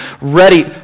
ready